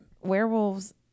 werewolves